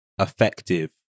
effective